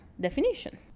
definition